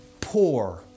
poor